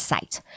Site